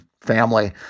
family